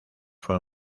fue